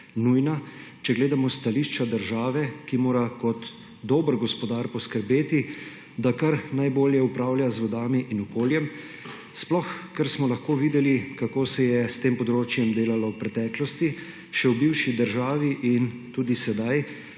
nujna, če gledamo s stališča države, ki mora kot dober gospodar poskrbeti, da kar najbolje upravlja z vodami in morjem, sploh ker smo lahko videli, kako se je s tem področjem delalo v preteklosti, še v bivši državi in tudi sedaj,